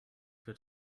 for